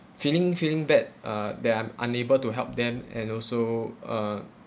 feeling feeling bad uh that I'm unable to help them and also ah